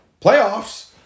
Playoffs